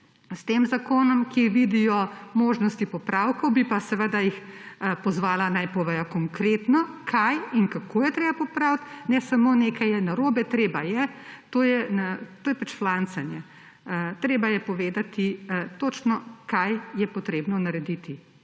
s tem zakonom, ki vidijo možnosti popravkov, bi pa seveda jih pozvala, naj povedo konkretno, kaj in kako je treba popraviti, ne samo – nekaj je narobe, treba je. To je pač flancanje. Treba je povedati točno, kaj je treba narediti,